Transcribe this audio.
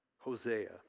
Hosea